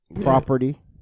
property